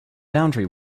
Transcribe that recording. boundary